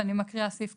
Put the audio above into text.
אני מקריאה את סעיף (י):